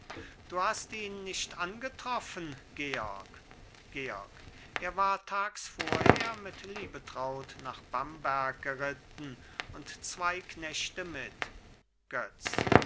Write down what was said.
du hast ihn nicht angetroffen georg georg er war tags vorher mit liebetraut nach bamberg geritten und zwei knechte mit götz